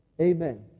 Amen